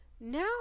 Now